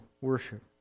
worship